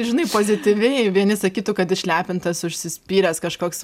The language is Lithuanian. žinai pozityviai vieni sakytų kad išlepintas užsispyręs kažkoks